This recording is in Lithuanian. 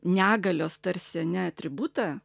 negalios tarsi ane atributą